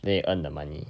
they earn the money